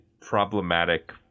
problematic